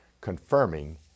confirming